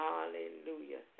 Hallelujah